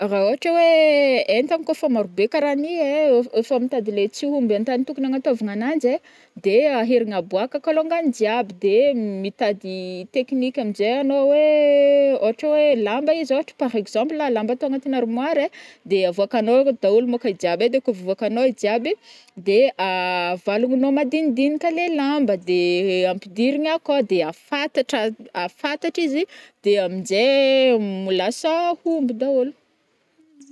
Ra ôhatra oe entagna kô fa maro be karany ai, efa mitady le tsy homby antany tokony agnatovina ananjy ai, de aherigna aboàka kalongy jiaby de mitady technique aminjay anô oe ôhatra oe lamba izy ôhatra par exemple lamba atao agnatina armoire ai, de avoakanao dahôly monko i jiaby ai, de kô fa voakanô ijiaby, de avalognanô madinidinika le lamba de ampidirigna akao de afatatra-afatatra izy de aminjay lasa homby dahôly.